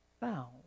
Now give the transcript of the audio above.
found